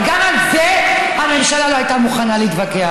אבל גם על זה הממשלה לא הייתה מוכנה להתווכח,